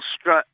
strut